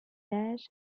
âge